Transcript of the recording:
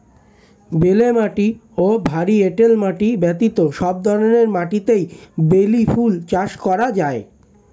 বেলে মাটি ও ভারী এঁটেল মাটি ব্যতীত সব ধরনের মাটিতেই বেলি ফুল চাষ করা যায়